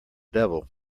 devil